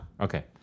Okay